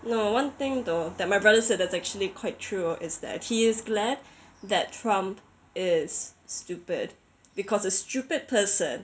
no one thing though that my brother said that's actually quite true is that he is glad that trump is stupid because a stupid person